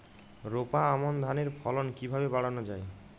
রোপা আমন ধানের ফলন কিভাবে বাড়ানো যায়?